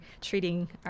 treating